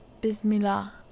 bismillah